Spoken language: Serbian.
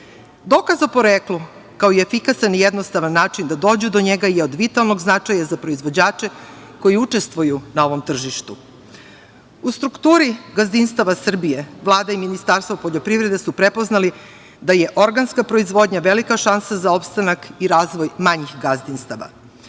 o poreklu, kao i efikasan i jednostavan način da dođu do njega je od vitalnog značaja za proizvođače koji učestvuju na ovom tržištu. U strukturi gazdinstava Srbije, Vlada i Ministarstvo poljoprivrede su prepoznali da je organska proizvodnja velika šansa za opstanak i razvoj manjih gazdinstava.